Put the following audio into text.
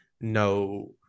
no